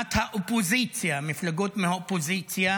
ביוזמת האופוזיציה, מפלגות מאופוזיציה,